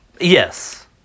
Yes